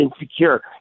insecure